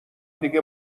دیگه